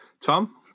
Tom